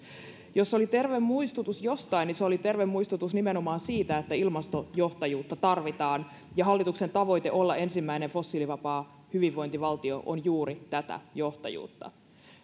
jos se oli terve muistutus jostain se oli terve muistutus nimenomaan siitä että ilmastojohtajuutta tarvitaan hallituksen tavoite olla ensimmäinen fossiilivapaa hyvinvointivaltio on juuri tätä johtajuutta